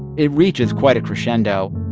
it reaches quite a crescendo.